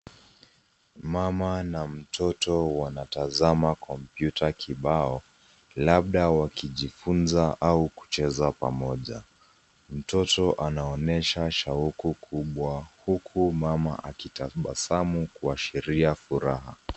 Mama na mtoto wanatazama kompyuta kibao, labda wakijifunza au kucheza pamoja. Mtoto anaonyesha shauku kubwa ,huku mama akitabasamu kuashiria furaha.